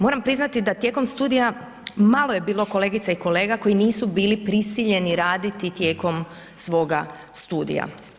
Moram priznati da tijekom studija malo je bilo kolegica i kolega koji nisu bili prisiljeni raditi tijekom svoga studija.